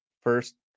first